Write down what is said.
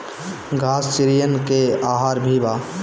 घास चिरईन के आहार भी बा